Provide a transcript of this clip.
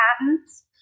patents